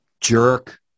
jerk